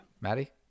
maddie